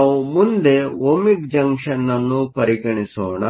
ಆದ್ದರಿಂದ ನಾವು ಮುಂದೆ ಓಮಿಕ್ ಜಂಕ್ಷನ್ ಅನ್ನು ಪರಿಗಣಿಸೋಣ